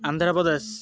Andhra Pradesh